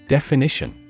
Definition